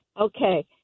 Okay